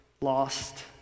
lost